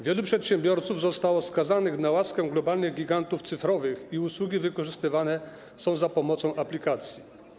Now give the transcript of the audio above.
Wielu przedsiębiorców zostało skazanych na łaskę globalnych gigantów cyfrowych i usługi wykonywane są za pomocą aplikacji.